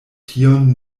tion